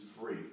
free